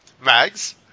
Mags